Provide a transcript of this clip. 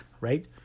right